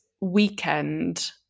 weekend